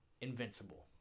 invincible